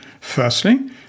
Firstly